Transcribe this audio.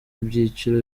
byiciro